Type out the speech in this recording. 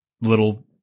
little